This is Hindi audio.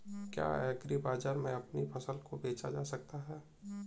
क्या एग्रीबाजार में अपनी फसल को बेचा जा सकता है?